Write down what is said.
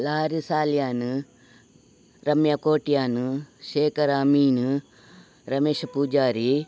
Lahari Salian Ramya Kotian Shekhara Amin Ramesha Poojary